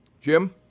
Jim